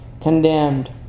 condemned